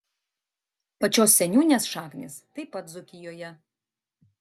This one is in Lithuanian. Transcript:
pačios seniūnės šaknys taip pat dzūkijoje